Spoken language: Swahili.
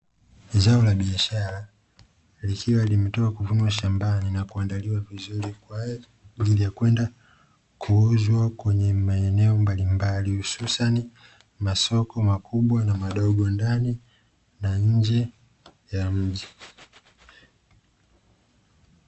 Zao la biashara likiwa limetoka kuvunwa shambani na kuandaliwa vizuri kwa ajili ya kwenda kuuzwa kwenye maeneo mbalimbali hususani masoko makubwa na madogo, ndani na nje ya mji.